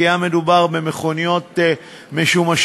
כי היה מדובר במכוניות משומשות,